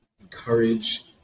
encourage